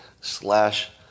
slash